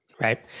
Right